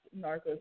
Narcos